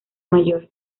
mayor